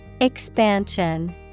Expansion